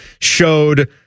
showed